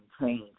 change